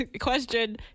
question